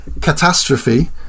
catastrophe